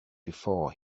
before